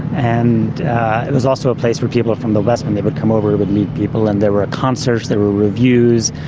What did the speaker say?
and it was also a place where people from the west, when they would come over, would meet people and there were concerts, there were revues,